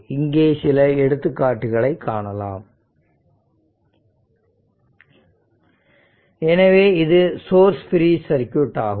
இங்கே சில எடுத்துக்காட்டுகளை காணலாம் எனவே இது சோர்ஸ் ஃப்ரீ சர்க்யூட் ஆகும்